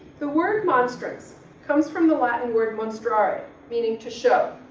the word monstrance comes from the latin word monstrare meaning to show.